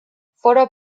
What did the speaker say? foroeus